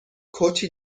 کتی